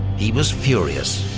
he was furious.